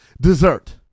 dessert